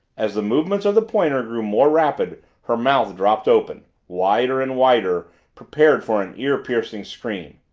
as the movements of the pointer grew more rapid her mouth dropped open wider and wider prepared for an ear-piercing scream.